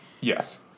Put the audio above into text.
Yes